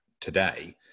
today